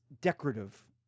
decorative